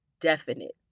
definite